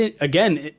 again